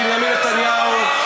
בנימין נתניהו,